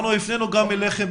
אנחנו הפנינו אליכם,